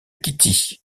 kitty